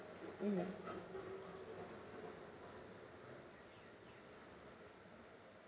mm